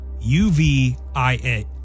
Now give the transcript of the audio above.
U-V-I-A